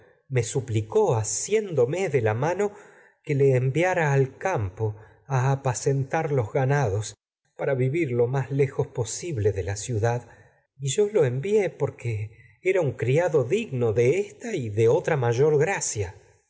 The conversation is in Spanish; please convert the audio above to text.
me suplicó asién dome de la mano que le enviara al campo a apacentar los ganados para y yo vivir lo más lejos posible de la ciu dad lo envié porque era un criado digno de esta y de otra mayor gracia